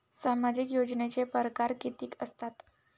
सामाजिक योजनेचे परकार कितीक असतात?